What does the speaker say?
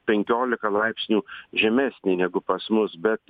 penkiolika laipsnių žemesnė negu pas mus bet